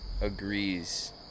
agrees